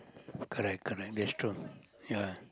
correct correct restaurant ya